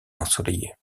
ensoleillé